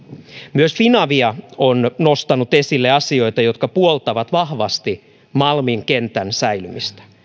myös finavia on nostanut esille asioita jotka puoltavat vahvasti malmin kentän säilymistä